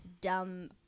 dumb